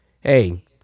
Hey